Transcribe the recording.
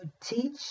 teach